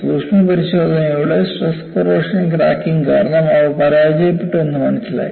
സൂക്ഷ്മപരിശോധനയിലൂടെ stress corrosion cracking കാരണം അവ പരാജയപ്പെട്ടു എന്ന് മനസ്സിലായി